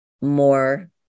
more